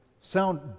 sound